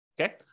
Okay